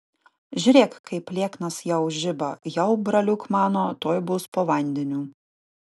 žiūrėk kaip lieknas jau žiba jau braliuk mano tuoj bus po vandeniu